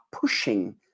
pushing